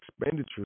expenditure